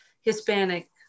Hispanic